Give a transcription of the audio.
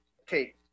Okay